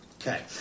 Okay